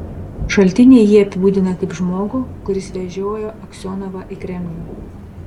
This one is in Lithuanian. šaltiniai jį apibūdina kaip žmogų kuris vežiojo aksionovą į kremlių